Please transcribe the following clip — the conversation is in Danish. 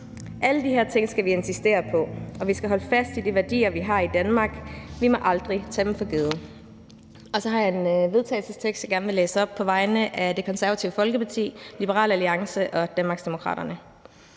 Alle de her ting skal vi insistere på, og vi skal holde fast i de værdier, vi har i Danmark. Vi må aldrig tage dem for givet. Så har jeg en vedtagelsestekst, jeg gerne vil læse op på vegne af Det Konservative Folkeparti, Liberal Alliance og Danmarksdemokraterne: